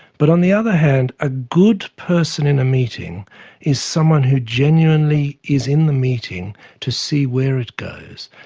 but on the other hand, a good person in a meeting is someone who genuinely is in the meeting to see where it goes.